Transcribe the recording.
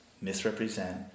misrepresent